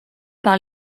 par